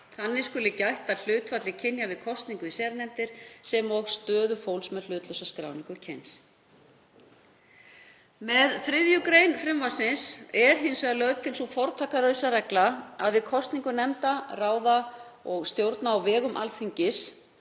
Þannig skuli gætt að hlutfalli kynja við kosningu í sérnefndir sem og að stöðu fólks með hlutlausa skráningu kyns. Með 3. gr. frumvarpsins er lögð til sú fortakslausa regla að við kosningu nefnda, ráða og stjórna á vegum Alþingis